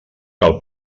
cal